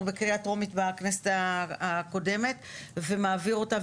בקריאה טרומית בכנסת הקודמת ומעביר אותה.